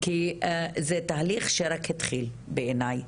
כי זה תהליך שרק התחיל, בעיניי.